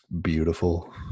beautiful